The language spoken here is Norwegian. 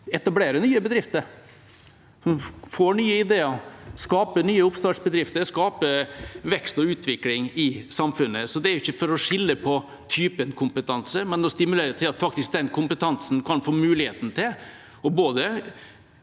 etablerer nye bedrifter – som får nye ideer, skaper nye oppstartsbedrifter og skaper vekst og utvikling i samfunnet. Så det er ikke for å skille på typen kompetanse, men for å stimulere til at den kompetansen faktisk kan få muligheten til både å eie og